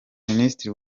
minisitiri